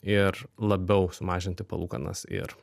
ir labiau sumažinti palūkanas ir